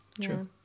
true